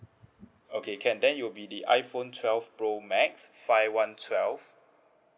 okay can then it will be the iphone twelve pro max five one twelve